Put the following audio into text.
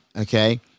Okay